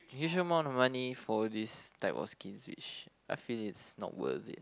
usual amount of money for this type of skins which I feel is not worth it